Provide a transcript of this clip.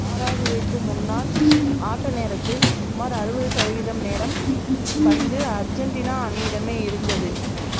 பராகுவேக்கு முன்னால் ஆட்ட நேரத்தில் சுமார் அறுபது சதவீதம் நேரம் பந்து அர்ஜென்டினா அணியிடமே இருந்தது